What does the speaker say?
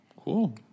Cool